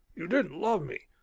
you didn't love me.